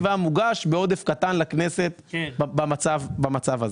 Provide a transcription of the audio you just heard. היה מוגש בעודף קטן לכנסת במצב הזה.